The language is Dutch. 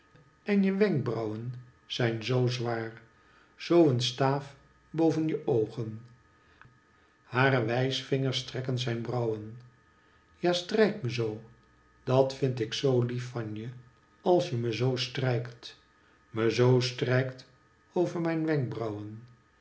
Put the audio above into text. enje wenkbrauwen zijn zoo zwaar zoo een staaf boven je oogen hare wijsvingers streken zijn brauwen ja strijk me zoo dat vind ik zoo lief van je als je me zoo strijkt me zoo strijkt over mijn wenkbrauwen